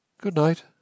Good-night